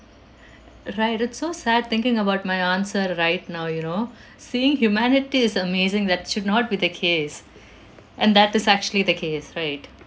right it's so sad thinking about my answer right now you know seeing humanity is amazing that should not be the case and that is actually the case right